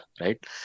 right